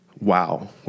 wow